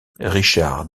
richard